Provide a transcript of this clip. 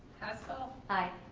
hussel. aye.